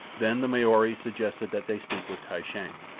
then the maori suggested that they speak with kai shang.